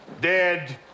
dead